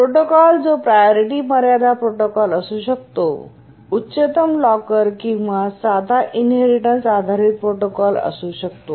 protocol जो priority मर्यादा protocol असू शकतो उच्चतम लॉकर किंवा साधा इन्हेरिटन्स आधारित प्रोटोकॉल असू शकतो